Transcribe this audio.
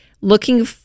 looking